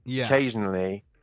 occasionally